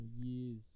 years